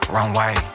Runway